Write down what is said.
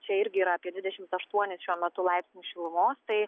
čia irgi yra apie dvidešimt aštuonis šiuo metu laipsnius šilumos tai